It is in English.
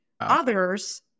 Others